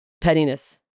Pettiness